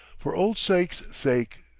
for old sake's sake,